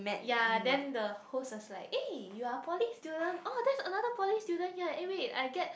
ya then the host was like eh you are poly student oh there's another poly student here eh wait I get